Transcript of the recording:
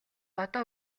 одоо